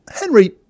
Henry